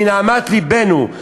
מנהמת לבנו.